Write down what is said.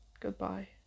goodbye